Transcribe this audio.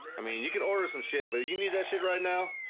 i mean you can order some shit, but you need that shit right now.